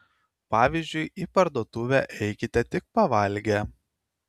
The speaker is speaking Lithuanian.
pavyzdžiui į parduotuvę eikite tik pavalgę